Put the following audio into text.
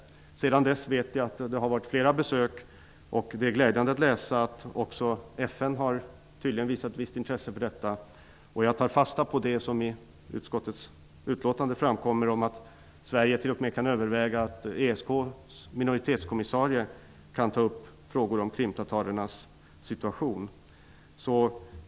Jag vet att det sedan dess gjorts flera besök. Det är glädjande att läsa att också FN tydligen har visat ett viss intresse för detta. Jag tar fast på det som framkommer av utskottets utlåtande om att Sverige t.o.m. kan överväga att ESK:s minoritetskommissarie kan ta upp frågor om krimtatarernas situation.